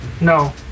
No